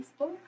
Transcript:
Facebook